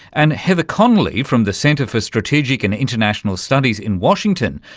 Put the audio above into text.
and heather conley from the center for strategic and international studies in washington,